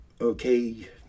okay